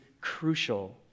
crucial